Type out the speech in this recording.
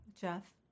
Jeff